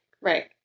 Right